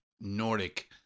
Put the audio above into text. Nordic